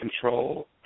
control